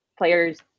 players